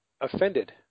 offended